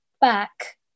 back